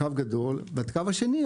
קו גדול והקו השני,